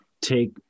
take